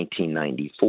1994